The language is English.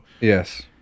yes